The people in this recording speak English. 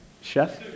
Chef